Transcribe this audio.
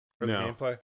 No